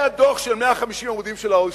היה דוח של 150 עמודים של ה-OECD.